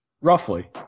roughly